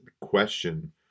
question